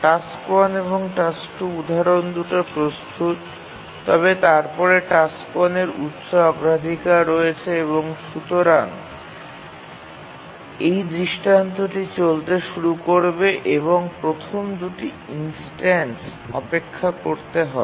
task 1 এবং task 2 উদাহরণ দুটি প্রস্তুত তবে তারপরে টাস্ক 1 এর উচ্চ অগ্রাধিকার রয়েছে এবং সুতরাং এই দৃষ্টান্তটি চলতে শুরু করবে এবং প্রথম ২টি ইনস্ট্যান্স অপেক্ষা করতে হবে